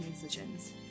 musicians